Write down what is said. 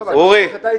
לא הבנתי את זה,